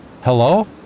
Hello